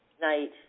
Night